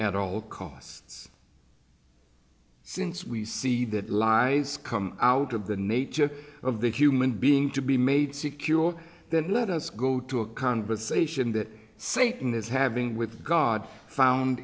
at all costs since we see that lies come out of the nature of the human being to be made secure that let us go to a conversation that satan is having with god found